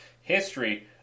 history